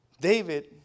David